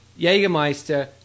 Jägermeister